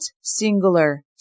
singular